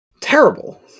Terrible